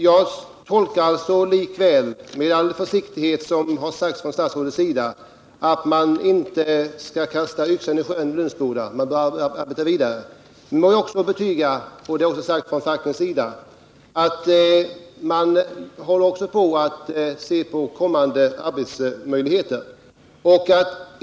Jag tolkar likväl beskedet i dag — med all försiktighet som statsrådet gett uttryck för — att man inte skall kasta yxan i sjön i Lönsboda utan bör arbeta vidare. Får jag också betyga — det har också sagts från fackets sida — att man håller på att se på kommande arbetsmöjligheter.